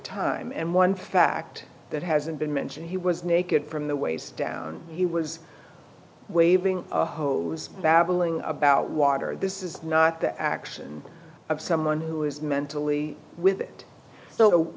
time and one fact that hasn't been mentioned he was naked from the waist down he was waving a hose babbling about water this is not the action of someone who is mentally with it so